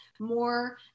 more